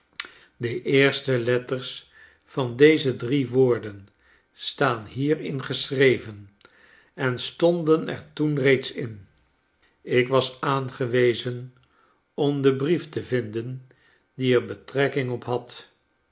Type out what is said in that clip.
de eerste letters van deze drie woorden staan hierin geschreven en stonden er toen reeds in ik was aangewezen om den brief te vinden die er betrekking op had